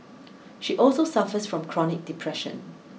she also suffers from chronic depression